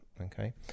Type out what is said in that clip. okay